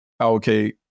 okay